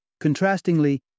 Contrastingly